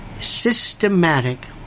systematic